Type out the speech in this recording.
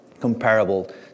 comparable